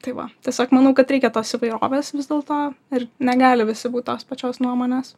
tai va tiesiog manau kad reikia tos įvairovės vis dėlto ir negali visi būt tos pačios nuomonės